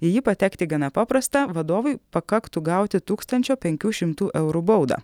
į jį patekti gana paprasta vadovui pakaktų gauti tūkstančio penkių šimtų eurų baudą